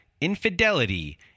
infidelity